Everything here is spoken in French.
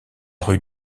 rue